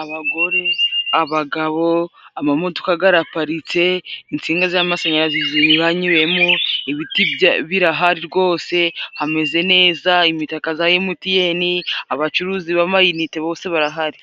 abagore，abagabo，amamodoka garaparitse， insinga z'amashanyarazi zinyuranyuyemo，ibiti birahari rwose，hameze neza，imitaka za emutiyeni， abacuruzi b'amayinite bose barahari.